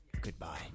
Goodbye